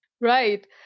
Right